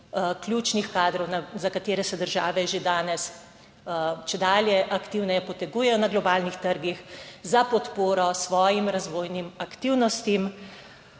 ključnih kadrov, za katere se države že danes čedalje aktivneje potegujejo na globalnih trgih za podporo svojim razvojnim aktivnostim.